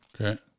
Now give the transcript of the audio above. Okay